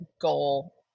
goal